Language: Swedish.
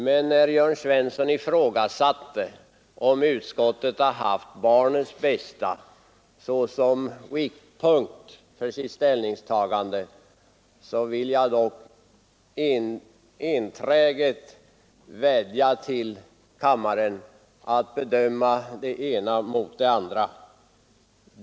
Men när Jörn Svensson ifrågasatte om utskottet har haft barnens bästa såsom riktpunkt för sitt ställningstagande vill jag enträget vädja till kammaren att bedöma det ena i förhållande till det andra.